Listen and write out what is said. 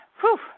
whew